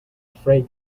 afraid